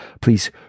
Please